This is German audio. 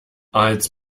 als